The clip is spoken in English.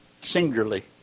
singularly